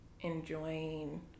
enjoying